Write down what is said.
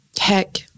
Heck